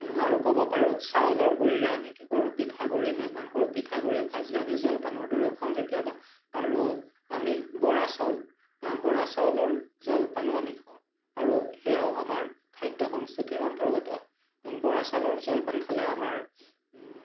আৰু ক'ব পাৰোঁ চাউলৰ গুড়িৰে আমি কি কৰোঁ পিঠাগুড়ি নিৰ্মাণ কৰোঁ পিঠাগুড়ি ভাজি আমি জলপানৰ দৰেও খাওঁ কেতিয়াবা আৰু আমি বৰা চাউল বৰা চাউলৰ জলপানো আমি খাওঁ আৰু সেয়াও আমাৰ খাদ্য় সংস্কৃতিৰ অন্তৰ্গত বৰা চাউলৰ জলপান খালে আমাৰ